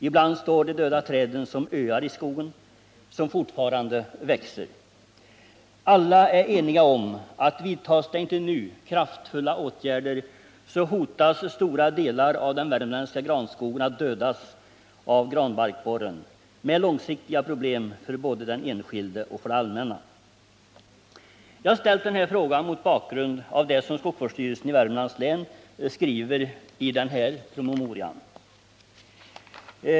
Ibland står de döda träden som öar i en skog som fortfarande växer. Alla är eniga om att vidtas det inte nu kraftfulla åtgärder, så hotas stora delar av den värmländska granskogen av att dödas av granbarkborren, med långsiktiga problem både för den enskilde och för det allmänna. Jag har ställt den här frågan mot bakgrund av det som skogsvårdsstyrelsen i Värmlands län skriver i denna promemoria.